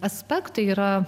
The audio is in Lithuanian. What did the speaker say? aspektai yra